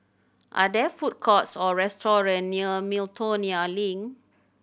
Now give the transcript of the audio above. are there food courts or restaurants near Miltonia Link